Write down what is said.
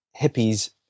hippies